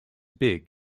big